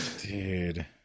Dude